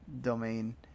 domain